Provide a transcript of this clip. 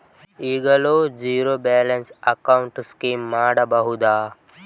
ಈಗಲೂ zero balance account scheme ಮಾಡಬಹುದಾ?